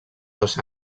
dos